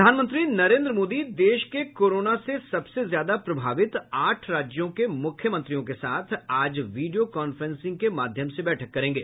प्रधानमंत्री नरेन्द्र मोदी देश के कोरोना से सबसे ज्यादा प्रभावित आठ राज्यों को मुख्यमंत्रियों के साथ आज विडियोकांफ्रेंसिंग के माध्यम से बैठक करेंगे